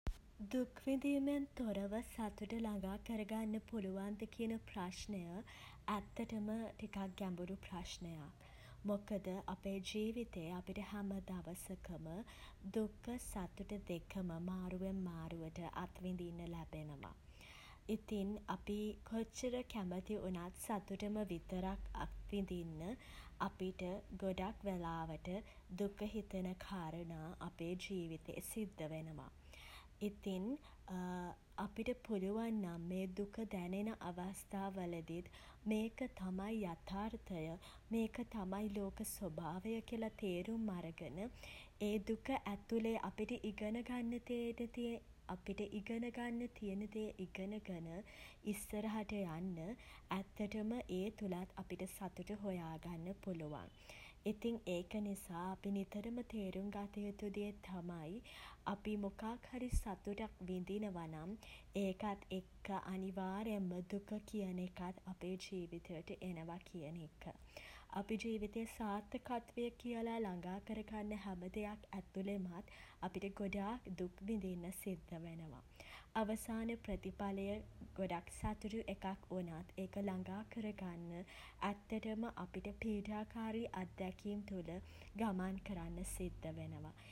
දුක් විඳීමෙන් තොරව සතුට ළඟා කර ගන්න පුළුවන්ද කියන ප්‍රශ්නය ඇත්තටම ටිකක් ගැඹුරු ප්‍රශ්නයක්. මොකද අපේ ජීවිතේ අපිට හැම දවසකම දුක සතුට දෙකම මාරුවෙන් මාරුවට අත්විඳින්න ලැබෙනවා. ඉතින් අපි කොච්චර කැමති වුණත් සතුටම විතරක් අත් විඳින්න අපිට ගොඩක් වෙලාවට දුක හිතෙන කාරණා අපේ ජීවිතේ සිද්ද වෙනවා. ඉතින් අපිට පුළුවන් නම් මේ දුක දැනෙන අවස්ථා වලදීත් මේක තමයි යථාර්ථය මේක තමයි ලෝක ස්වභාවය කියලා තේරුම් අරගෙන ඒ දුක ඇතුලේ අපිට ඉගෙන ගන්න දේට තියෙන අපිට ඉගෙන ගන්න තියෙන දේ ඉගෙන ගෙන ඉස්සරහට යන්න ඇත්තටම ඒ තුළත් අපිට සතුට හොයාගන්න පුළුවන්. ඉතින් ඒක නිසා අපි නිතරම තේරුම් ගත යුතු දේ තමයි අපි මොකක් හරි සතුටක් විඳිනවා නම් ඒකත් එක්ක අනිවාර්යෙන්ම දුක කියන එකත් අපේ ජීවිතයට එනවා කියන එක. අපි ජීවිතේ සාර්ථකත්වය කියලා ළඟා කර ගන්න හැම දෙයක් ඇතුළෙමත් අපි ගොඩක් දුක් විඳින්න සිද්ධ වෙනවා. අවසාන ප්‍රතිඵලය ගොඩක් සතුටු එකක් වුණත් ඒක ළඟා කරගන්න ඇත්තටම අපිට පීඩාකාරී අත්දැකීම් තුළ ගමන් කරන්න සිද්ධ වෙනව.